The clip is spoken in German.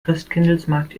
christkindlesmarkt